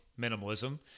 minimalism